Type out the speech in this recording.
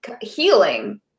healing